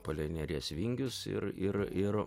palei neries vingius ir ir ir